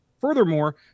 furthermore